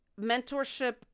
mentorship